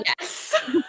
Yes